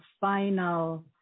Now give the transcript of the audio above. final